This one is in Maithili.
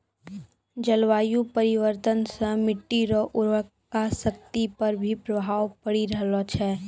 जलवायु परिवर्तन से मट्टी रो उर्वरा शक्ति पर भी प्रभाव पड़ी रहलो छै